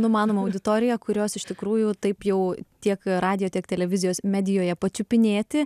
numanoma auditorija kurios iš tikrųjų taip jau tiek radijo tiek televizijos medijoje pačiupinėti